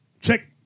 Check